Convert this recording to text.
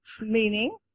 meaning